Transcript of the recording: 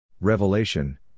Revelation